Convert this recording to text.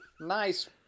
nice